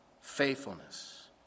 faithfulness